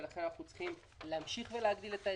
ולכן אנחנו צריכים להמשיך להגדיל את ההיצע.